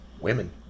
women